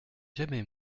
jamais